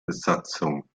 besatzung